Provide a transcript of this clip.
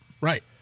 Right